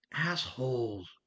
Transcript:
assholes